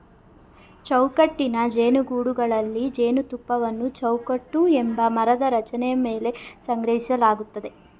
ಚೌಕಟ್ಟಿನ ಜೇನುಗೂಡುಗಳಲ್ಲಿ ಜೇನುತುಪ್ಪವನ್ನು ಚೌಕಟ್ಟು ಎಂಬ ಮರದ ರಚನೆ ಮೇಲೆ ಸಂಗ್ರಹಿಸಲಾಗ್ತದೆ